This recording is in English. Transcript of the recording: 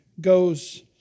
goes